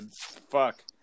Fuck